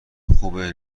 خوبه